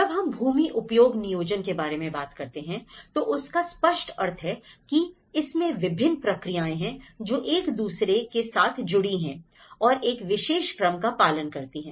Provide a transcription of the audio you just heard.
जब हम भूमि उपयोग नियोजन के बारे में बात करते हैं तो उसका स्पष्ट अर्थ है की इसमें विभिन्न प्रक्रियाएँ हैं जो एक दूसरे के हाथ जुड़ी हैं और एक विशेष क्रम का पालन करती हैं